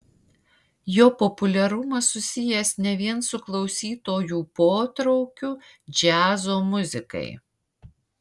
jo populiarumas susijęs ne vien su klausytojų potraukiu džiazo muzikai